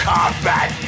Combat